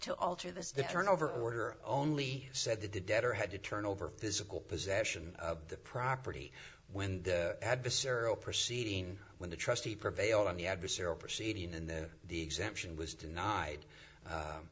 to alter the turnover order only said that the debtor had to turn over physical possession of the property when the adversarial proceeding when the trustee prevailed on the adversarial proceeding and then the exemption was denied